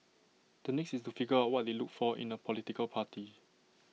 the next is to figure out what they looked for in A political party